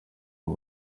uwo